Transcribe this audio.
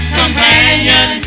companion